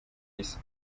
isi